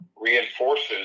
reinforces